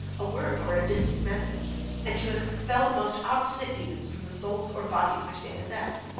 a word, or a distant message and to expel the most obstinate demons from the souls or bodies which they possessed.